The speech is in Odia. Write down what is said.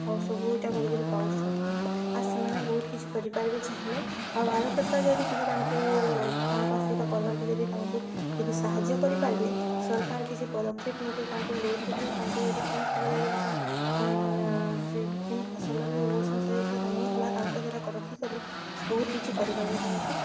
ଆଉ ସବୁ ଇଟା କରିକିରି ପାଉଛନ୍ଁ ଆର୍ ସେମାନେ ବହୁତ୍ କିଛି କରିପାରିବେ ଚାହିଁଲେ ଆଉ ଭାରତ୍ ସର୍କାର୍ ଯଦି କିଛି ତାଙ୍କୁ ତାଙ୍କ ସେଟା କର୍ବାର୍କେ ଯଦି ତାଙ୍କୁ ଯଦି ସାହାଯ୍ୟ କରିପାର୍ବେ ସର୍କାର୍ କିଛି ପଦକ୍ଷେପ ନେଇକରି ତାଙ୍କୁ ଲୋନ୍ ଦେଇକିରି ତାଙ୍କୁ ଯଦି କେନ୍ ଥର ଯଦି ତାଙ୍କର୍ ସେ ଯେନ୍ ଫସଲ୍ ବି ଉଭସନ୍ ଯଦି ସେଟା ନେଇଁ ହେଲା ତାଙ୍କୁ ସେଟା ରଖିକରି ବହୁତ୍ କିଛି କରିପାର୍ବେ ତାଙ୍କୁ